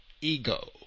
ego